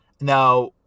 now